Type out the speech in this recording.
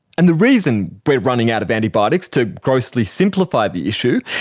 and the reason we are running out of antibiotics, to grossly simplify the issue,